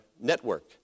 network